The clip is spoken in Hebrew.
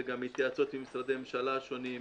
זה גם התייעצויות עם משרדי הממשלה השונים,